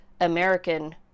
american